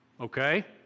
okay